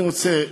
אני מבטיח לך,